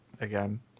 again